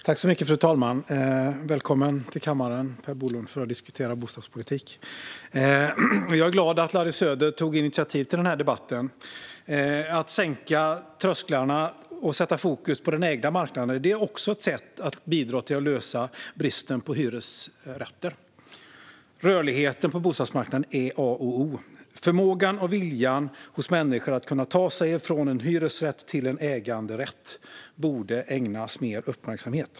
Fru talman! Jag hälsar Per Bolund välkommen till kammaren för att diskutera bostadspolitik. Jag är glad att Larry Söder tog initiativ till denna debatt. Att sänka trösklarna och sätta fokus på ägda bostäder är också ett sätt att lösa bristen på hyresrätter. Rörligheten på bostadsmarknaden är A och O. Förmågan och viljan hos människor att kunna ta sig från en hyresrätt till en äganderätt borde ägnas mer uppmärksamhet.